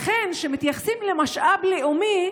לכן כשמתייחסים למשאב לאומי,